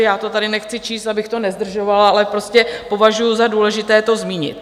Já to tady nechci číst, abych to nezdržovala, ale prostě považuji za důležité to zmínit.